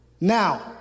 now